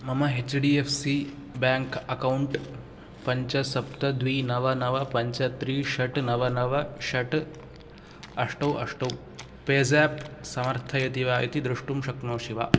मम H D F C bank account पञ्च सप्त द्वि नव नव पञ्च त्रि षट् नव नव षट् अष्टौ अष्टौ पेसाप् समर्थयति वा इति दृष्टुं शक्नोषि वा